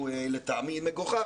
הוא לטעמי מגוחך,